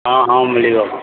ହଁ ହଁ ମିଳିବ